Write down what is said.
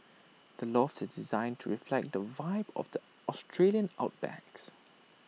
the loft is designed to reflect the vibe of the Australian outback's